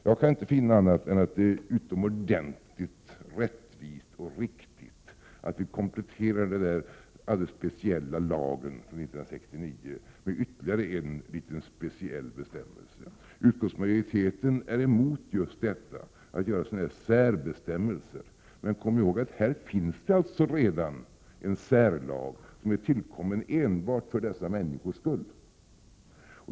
Jag kan inte finna annat än att det är utomordentligt rättvist och riktigt att vi kompletterar denna alldeles speciella lag från 1969 med ytterligare en litet speciell bestämmelse. Utskottsmajoriteten är emot att just utfärda sådana här särbestämmelser. Men kom ihåg att det här alltså redan finns en särlag, som är tillkommen enbart för dessa människors skull.